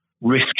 risk